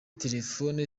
telefone